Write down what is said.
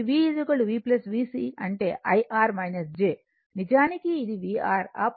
కాబట్టి V V VC అంటే I R j నిజానికి ఇది vR